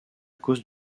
cause